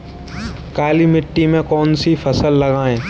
काली मिट्टी में कौन सी फसल लगाएँ?